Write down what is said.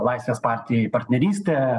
laisvės partijai partnerystę